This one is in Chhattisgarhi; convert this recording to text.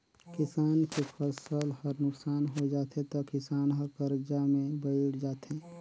किसान के फसल हर नुकसान होय जाथे त किसान हर करजा में बइड़ जाथे